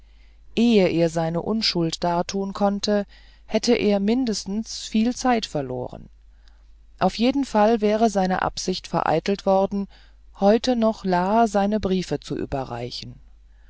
ehe er seine unschuld dartun konnte hätte er mindestens viel zeit verloren auf jeden fall wäre seine absicht vereitelt worden heute noch la seine briefe zu überreichen